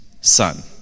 son